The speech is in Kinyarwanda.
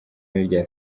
n’irya